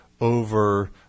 over